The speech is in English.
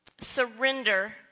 surrender